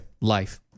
Life